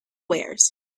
wares